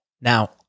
Now